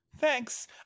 Thanks